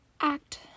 act